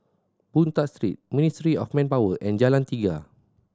Boon Tat Street Ministry of Manpower and Jalan Tiga